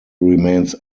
remains